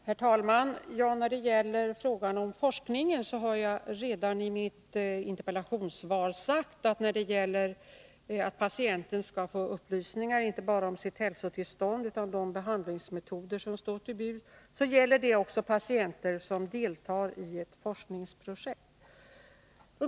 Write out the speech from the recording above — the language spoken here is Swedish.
Herr talman! Beträffande frågan om forskningen har jag redan i mitt interpellationssvar sagt att patienten skall få upplysningar, inte bara om sitt hälsotillstånd utan också om de behandlingsmetoder som står till buds och att detta gäller även de patienter som deltar i ett forskningsprojekt.